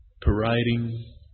parading